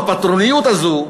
הפטרוניות הזאת,